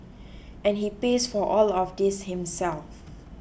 and he pays for all of this himself